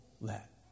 let